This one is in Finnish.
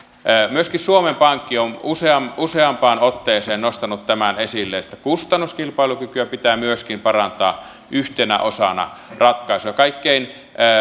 myöskin suomen pankki on useampaan otteeseen nostanut tämän esille että myöskin kustannuskilpailukykyä pitää parantaa yhtenä osana ratkaisuja kaikkein